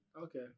Okay